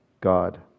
God